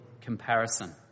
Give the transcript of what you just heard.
comparison